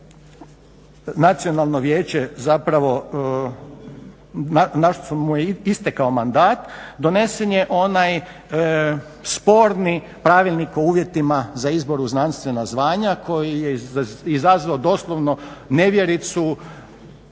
što mu je istekao mandat donesen je onaj sporni Pravilnik o uvjetima za izbor u znanstvena zvanja koji je izazvao doslovno nevjericu,